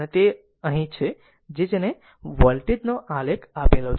અને અહીં તે જ છે જેને વોલ્ટેજ નો આલેખ આપેલ છે